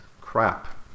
crap